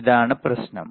ഇതാണ് പ്രശ്നം